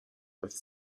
with